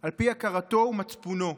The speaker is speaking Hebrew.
על פי הכרתו ומצפונו.